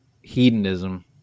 hedonism